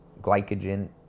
glycogen